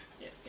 Yes